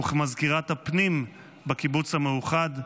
וכמזכירת הפנים בקיבוץ המאוחד,